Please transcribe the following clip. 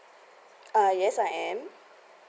ah yes I am